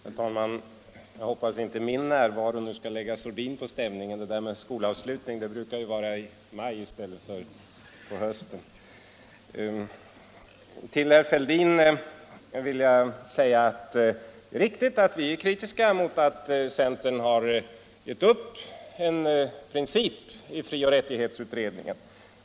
Herr talman! Jag hoppas att inte min närvaro skall lägga sordin på stämningen. Skolavslutningarna brukar vara i maj i stället för på hösten. Till herr Fälldin vill jag säga att det är riktigt att vi är kritiska mot att centern har gett upp en princip i frioch rättighetsutredningen.